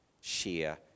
Share